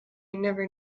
never